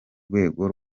rwego